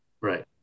Right